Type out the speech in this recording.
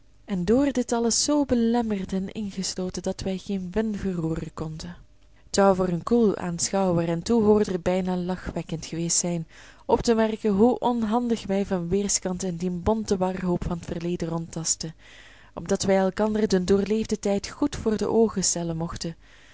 en door dit alles zoo belemmerd en ingesloten dat wij geen vin verroeren konden t zou voor een koel aanschouwer en toehoorder bijna lachwekkend geweest zijn op te merken hoe onhandig wij van weerskanten in dien bonten warhoop van t verleden rondtastten opdat wij elkander den doorleefden tijd goed voor de oogen stellen mochten